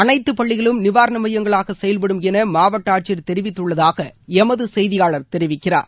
அனைத்துப் பள்ளிகளும் நிவாரண மையங்களாக செயல்படும் என மாவட்ட ஆட்சியர் தெரிவித்துள்ளதாக எமது செய்தியாளர் தெரிவிக்கிறார்